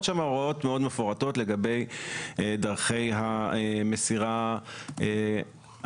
שם הוראות מאוד מפורטות לגבי דרכי המסירה האלה.